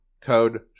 code